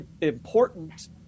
important